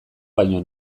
baino